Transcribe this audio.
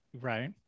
right